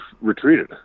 retreated